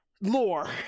lore